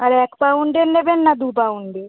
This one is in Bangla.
আর এক পাউন্ডের নেবেন না দু পাউন্ডের